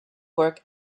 work